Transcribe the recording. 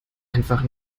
einfach